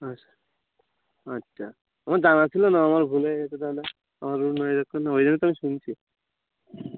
আচ্ছা আচ্ছা আমার জানা ছিলো না আমার ভুল হয়ে গেছে তাহলে আমার অন্য ওই জন্যে তো শুনছি